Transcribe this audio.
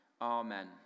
amen